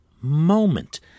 moment